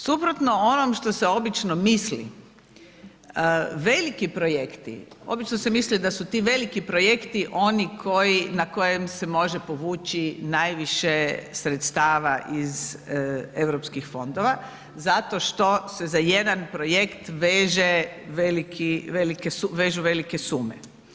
Suprotno onom što se obično misli, veliki projekti, obično se misli da su to veliki projekti oni koji, na kojem se može povući najviše sredstava iz eu fondova zato što se za jedan projekt vežu velike sume.